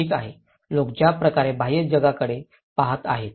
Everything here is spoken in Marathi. ठीक आहे लोक ज्या प्रकारे बाह्य जगाकडे पहात आहेत